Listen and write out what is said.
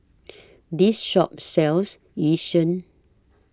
This Shop sells Yu Sheng